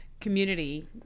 community